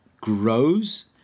grows